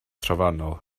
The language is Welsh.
trofannol